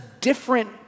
different